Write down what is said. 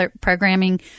programming